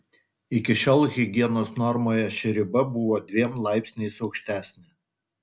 iki šiol higienos normoje ši riba buvo dviem laipsniais aukštesnė